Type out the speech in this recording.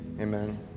Amen